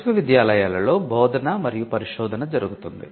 విశ్వవిద్యాలయాలలో బోధన మరియు పరిశోధన జరుగుతుంది